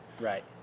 Right